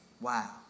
Wow